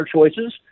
choices